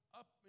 up